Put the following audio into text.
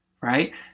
right